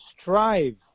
strive